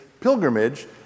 pilgrimage